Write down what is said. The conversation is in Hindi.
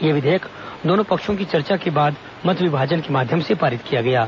यह विधेयक दोनों पक्षों की चर्चा के बाद मत विभाजन के माध्यम से पारित किया गया है